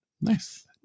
Nice